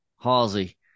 Halsey